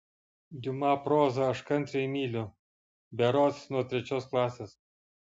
diuma prozą aš kantriai myliu berods nuo trečios klasės